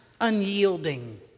unyielding